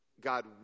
God